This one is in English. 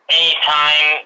anytime